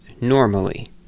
normally